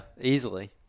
Easily